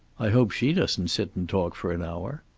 i hope she doesn't sit and talk for an hour.